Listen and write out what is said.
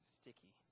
sticky